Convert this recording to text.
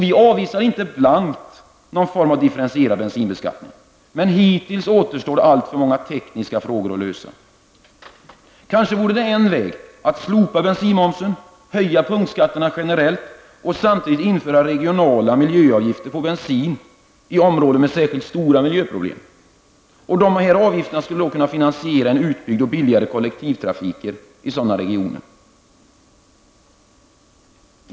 Vi avvisar inte blankt någon form av differentierad bensinbeskattning, men hittills återstår alltför många tekniska frågor att lösa. Kanske vore en väg att slopa bensinmomsen, höja punktskatterna generellt och samtidigt införa regionala miljöavgifter på bensin i områden med särskilt stora miljöproblem. Dessa avgifter skulle då kunna finansiera en utbyggd och billigare kollektivtrafik i sådana regioner.